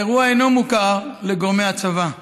האירוע אינו מוכר לגורמי הצבא.